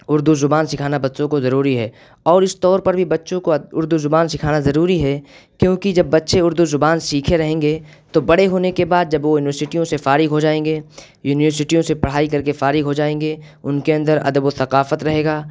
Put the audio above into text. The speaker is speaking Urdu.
اردو زبان سکھانا بچوں کو ضروری ہے اور اس طور پر بھی بچوں کو اردو زبان سکھانا ضروری ہے کیونکہ جب بچے اردو زبان سیکھے رہیں گے تو بڑے ہونے کے بعد جب وہ یونیورسٹیوں سے فارغ ہو جائیں گے یونیورسٹیوں سے پڑھائی کر کے فارغ ہو جائیں گے ان کے اندر ادب و ثقافت رہے گا